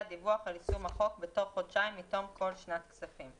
דיווח על יישום החוק בתוך חודשיים מתום כל שנת כספים.